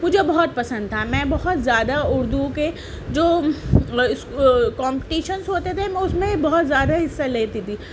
مجھے بہت پسند تھا میں بہت زیادہ اردو کے جو کومپٹیشنس ہوتے تھے اس میں بہت زیادہ حصہ لیتی تھی